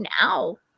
now